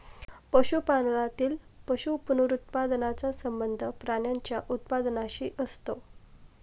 पशुपालनातील पशु पुनरुत्पादनाचा संबंध प्राण्यांच्या उत्पादनाशी असतो